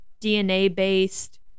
DNA-based